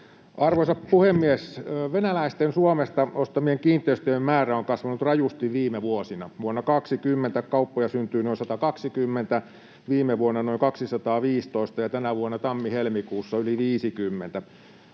Arvoisa puhemies! Venäläisten Suomesta ostamien kiinteistöjen määrä on kasvanut rajusti viime vuosina. Vuonna 20 kauppoja syntyi noin 120, viime vuonna noin 215 ja tänä vuonna tammi—helmikuussa yli 50.